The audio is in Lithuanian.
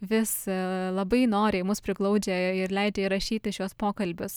vis labai noriai mus priglaudžia ir leidžia įrašyti šiuos pokalbius